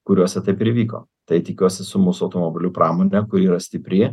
kuriose taip ir įvyko tai tikiuosi su mūsų automobilių pramone kur yra stipri